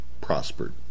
prospered